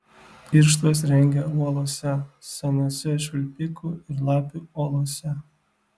irštvas rengia uolose senose švilpikų ir lapių olose